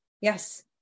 Yes